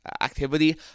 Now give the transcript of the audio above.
activity